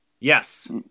Yes